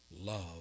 love